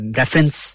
reference